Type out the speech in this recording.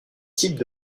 type